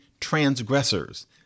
transgressors